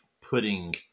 putting